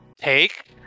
take